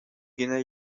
генә